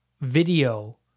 video